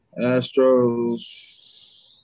Astros